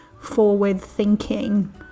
forward-thinking